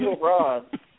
rod